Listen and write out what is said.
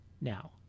Now